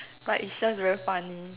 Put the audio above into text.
but it's just very funny